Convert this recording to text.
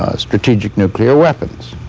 strategic nuclear weapons.